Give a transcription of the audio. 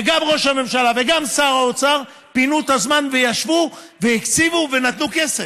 וגם ראש הממשלה וגם שר האוצר פינו את הזמן וישבו והקציבו ונתנו כסף.